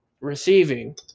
receiving